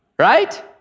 right